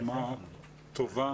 רמה טובה.